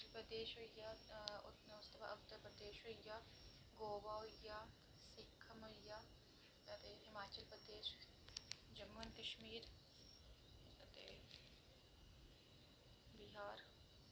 अरुणाचल प्रदेश होई गेआ उसदे बाद उत्तर प्रदेश होई गेआ गोबा होई गेआ सिक्कम होई गेआ ते हिमाचल प्रदेश जम्मू एंड कश्मीर ते बिहार